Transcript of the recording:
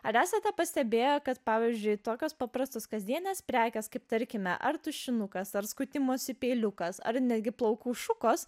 ar esate pastebėję kad pavyzdžiui tokios paprastos kasdienės prekės kaip tarkime ar tušinukas ar skutimosi peiliukas ar netgi plaukų šukos